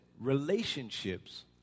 relationships